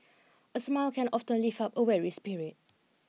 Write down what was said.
a smile can often lift up a weary spirit